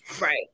Right